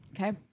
Okay